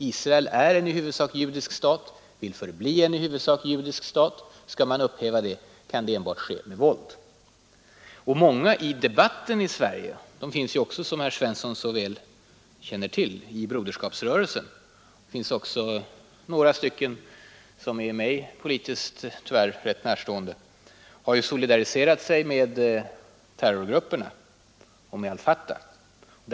Israel är en i huvudsak judisk stat och vill förbli en i huvudsak judisk stat. Skall man upphäva det, kan det enbart ske med våld. Många i debatten i Sverige — de finns bl.a., som herr Svensson så väl känner till, i Broderskapsrörelsen; det finns tyvärr också ett par som är mig politiskt mera närstående — har solidariserat sig med terrorgrupperna och med al Fatah.